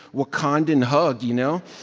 wakandan hug, you know?